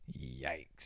yikes